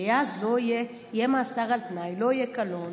כי אז יהיה מאסר על תנאי, לא יהיה קלון